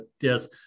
yes